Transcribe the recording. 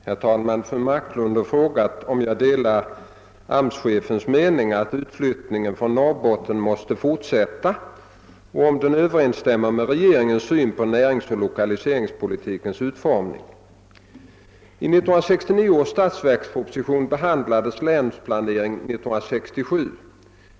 Herr talman! Fru Marklund har frågat om jag delar AMS-chefens mening att utflyttningen från Norrbotten måste fortsätta och om den överensstämmer med regeringens syn på näringsoch lokaliseringspolitikens utformning. I 1969 års statsverksproposition behandlades länsplaneringen 1967.